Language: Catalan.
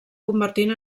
convertint